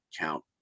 count